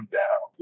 down